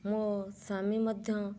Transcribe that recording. ମୋ ସ୍ଵାମୀ ମଧ୍ୟ